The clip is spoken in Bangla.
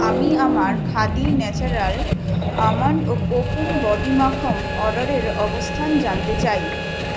আমি আমার খাদি ন্যাচারাল আমন্ড ও কোকুন বডি মাখন অর্ডারের অবস্থান জানতে চাই